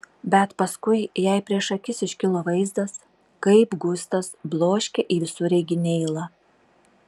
bet paskui jai prieš akis iškilo vaizdas kaip gustas bloškia į visureigį neilą